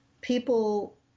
people